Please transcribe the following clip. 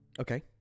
Okay